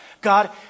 God